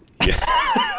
Yes